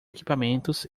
equipamentos